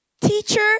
teacher